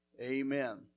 amen